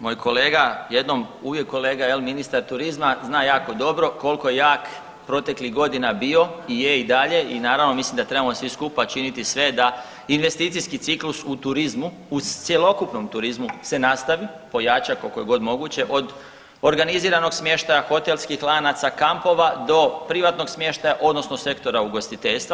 Moj kolega jednom, uvijek kolega jel' ministar turizma zna jako dobro koliko jak proteklih godina bio i je i dalje i naravno mislim da trebamo svi skupa činiti sve da investicijski ciklus u turizmu, u cjelokupnom turizmu se nastavi, pojača koliko je god moguće od organiziranog smještaja, hotelskih lanaca, kampova do privatnog smještaja odnosno sektora ugostiteljstva.